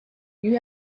you